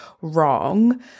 Wrong